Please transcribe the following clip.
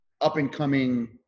up-and-coming